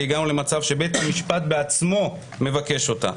הגענו למצב שבית המשפט בעצמו מבקש אותה.